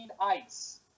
ice